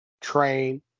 train